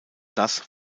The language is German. das